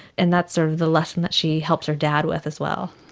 and that's sort of the lesson that she helps her dad with as well.